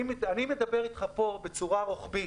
אני מדבר בצורה רוחבית.